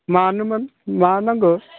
मानोमोन मा नांगौ